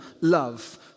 love